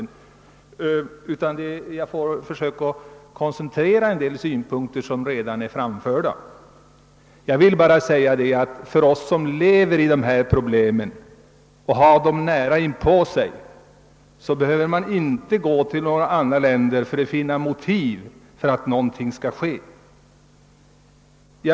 Jag skall i stället försöka sammanfatta en del synpunkter som redan är framförda. Vi som så att säga lever med dessa problem och har dem nära inpå oss, behöver inte gå till några andra länder för att finna motiv för att någonting måste ske.